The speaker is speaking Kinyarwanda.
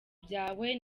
byawe